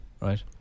Right